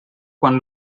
quan